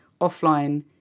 offline